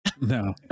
No